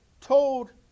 told